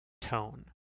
tone